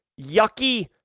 yucky